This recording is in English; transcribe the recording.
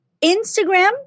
Instagram